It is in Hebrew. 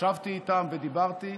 ישבתי איתן ודיברתי.